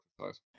exercise